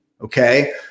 okay